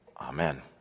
Amen